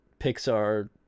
pixar